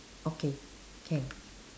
okay can